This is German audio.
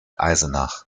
eisenach